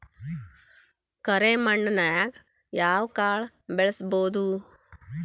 ಕರೆ ಮಣ್ಣನ್ಯಾಗ್ ಯಾವ ಕಾಳ ಬೆಳ್ಸಬೋದು?